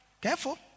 Careful